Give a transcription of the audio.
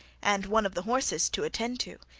and one of the horses to attend to,